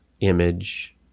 image